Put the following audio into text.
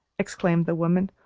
exclaimed the woman,